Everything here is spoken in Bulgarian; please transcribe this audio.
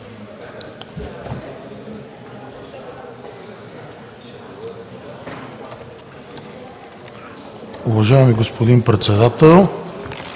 Уважаеми господин Председател,